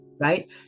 Right